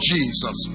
Jesus